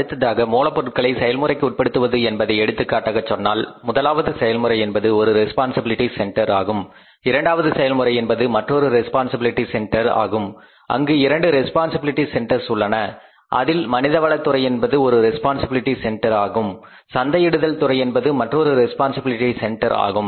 அடுத்ததாக மூலப்பொருட்களை செயல்முறைக்கு உட்படுத்துவது என்பதை எடுத்துக்காட்டாகச் சொன்னால் முதலாவது செயல்முறை என்பது ஒரு ரெஸ்பான்சிபிலிட்டி சென்டர் ஆகும் இரண்டாவது செயல்முறை என்பது மற்றொரு ரெஸ்பான்சிபிலிட்டி சென்டர் ஆகும் அங்கு 2 ரெஸ்பான்சிபிலிட்டி சென்டர்ஸ் உள்ளன அதில் மனிதவளதுறை என்பது ஒரு ரெஸ்பான்சிபிலிட்டி சென்டர் ஆகும் சந்தையிடுதல் துறை என்பது மற்றொரு ரெஸ்பான்சிபிலிட்டி சென்டர் ஆகும்